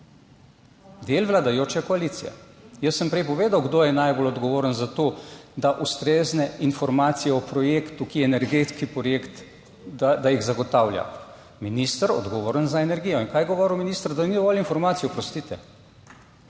del vladajoče koalicije. Jaz sem prej povedal kdo je najbolj odgovoren za to, da ustrezne informacije o projektu, ki je energetski projekt, da jih zagotavlja. Minister odgovoren za energijo. In kaj je govoril minister? Da ni dovolj informacij, oprostite,